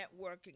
networking